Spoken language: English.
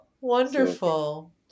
Wonderful